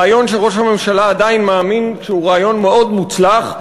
רעיון שראש הממשלה עדיין מאמין שהוא רעיון מאוד מוצלח,